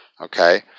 Okay